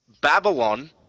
Babylon